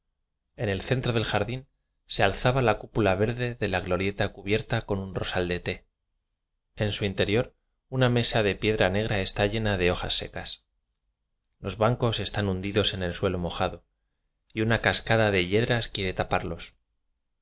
en el centro del jardín se alzaba la cúpula verde de la glorieta cubier ta con un rosal de te en su interior una mesa de piedra negra está llena de hojas secas los bancos están hundidos en el suelo mojado y una cascada de yedras quiere taparlos